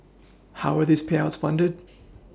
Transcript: how were these payouts funded